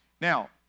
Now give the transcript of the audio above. Now